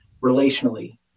relationally